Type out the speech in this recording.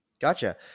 Gotcha